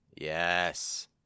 Yes